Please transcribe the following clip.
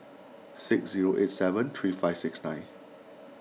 six zero eight seven three five six nine